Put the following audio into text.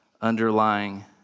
underlying